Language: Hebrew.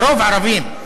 לרוב ערבים,